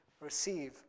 receive